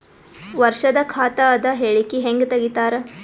ವರ್ಷದ ಖಾತ ಅದ ಹೇಳಿಕಿ ಹೆಂಗ ತೆಗಿತಾರ?